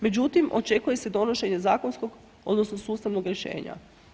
Međutim, očekuje se donošenje zakonskog odnosno sustavnog rješenja.